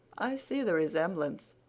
i see the resemblance.